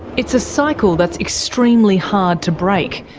it's a cycle that's extremely hard to break,